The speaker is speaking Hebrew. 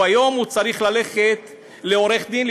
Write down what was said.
היום הוא צריך ללכת לעורך דין,